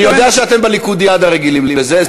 אני יודע שאתם בליכודיאדה רגילים לזה.